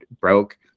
broke